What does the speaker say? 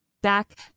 back